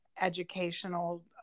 educational